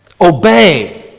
Obey